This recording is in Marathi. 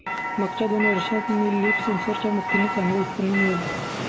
मागच्या दोन वर्षात मी लीफ सेन्सर च्या मदतीने चांगलं उत्पन्न मिळवलं